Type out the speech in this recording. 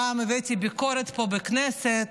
גם הבאתי ביקורת פה בכנסת,